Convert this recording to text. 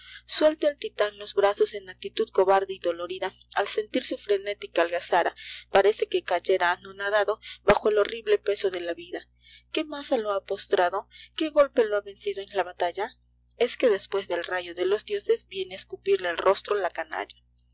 suelta el titan los brazos en actitud cobarde y dolorida al sentir su frenética algazára parece que cayera anonadado bajo el horrible peso de la vida ué mas lo ha postrado qué golpe lo ha venc do en la batalla es que despues del rayo de los dioses viene á escupirle el rostro la canalla